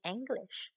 English